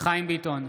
חיים ביטון,